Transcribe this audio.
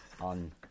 on